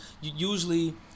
usually